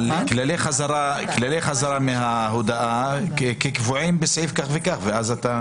לכללי חזרה מההודאה כקבועים בסעיף זה וזה.